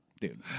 dude